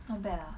not bad ah